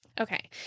Okay